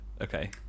Okay